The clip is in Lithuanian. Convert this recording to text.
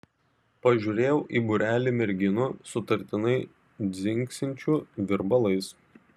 pažiūrėjau į būrelį merginų sutartinai dzingsinčių virbalais